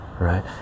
right